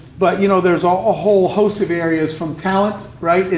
but, you know, there's ah a whole host of areas from talent, right?